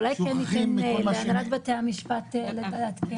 אולי כן ניתן להנהלת בתי המשפט להתייחס.